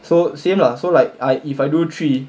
so same lah so like I if I do three